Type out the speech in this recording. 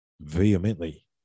vehemently